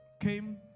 came